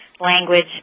language